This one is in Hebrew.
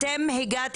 ----- -שמה?